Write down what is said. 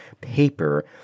paper